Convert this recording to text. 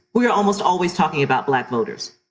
we are almost always talking about black voters.